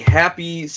happy